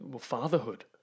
fatherhood